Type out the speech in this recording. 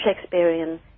Shakespearean